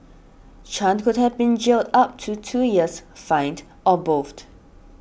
Chan could have been jailed up to two years fined or both